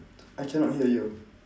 I cannot hear you